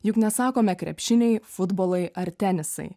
juk nesakome krepšiniai futbolai ar tenisai